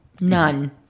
None